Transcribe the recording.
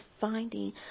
finding